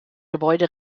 gebäude